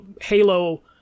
Halo